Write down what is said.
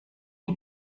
die